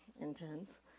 intense